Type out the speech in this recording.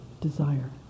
Desire